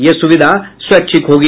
यह सुविधा स्वैच्छिक होगी